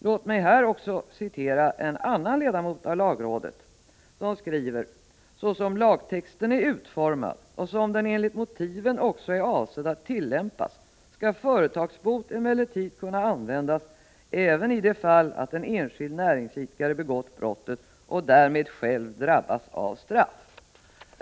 Låt mig citera ytterligare en ledamot av lagrådet, som skriver: ”Såsom lagtexten är utformad och som den enligt motiven också är avsedd att tillämpas skall företagsbot emellertid kunna användas även i det fall att en enskild näringsidkare begått brottet och därmed själv drabbas av straff.